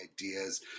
ideas